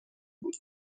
بود